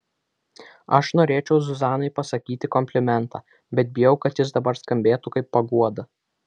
aš norėčiau zuzanai pasakyti komplimentą bet bijau kad jis dabar skambėtų kaip paguoda